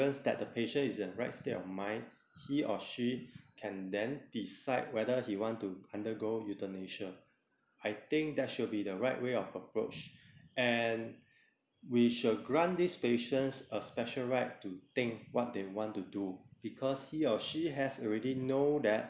that the patient is in right state of mind he or she can then decide whether he want to undergo euthanasia I think that will be the right way of approach and we shall grant these patients a special right to think what they want to do because he or she has already know that